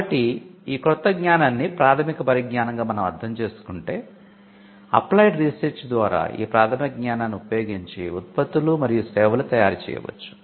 కాబట్టి ఈ క్రొత్త జ్ఞానాన్ని ప్రాథమిక పరిజ్ఞానంగా మనం అర్థం చేసుకుంటే అప్లైడ్ రీసెర్చ్ ద్వారా ఈ ప్రాథమిక జ్ఞానాన్ని ఉపయోగించి ఉత్పత్తులు మరియు సేవలు తయారు చేయవచ్చు